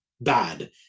bad